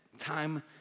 time